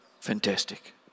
Fantastic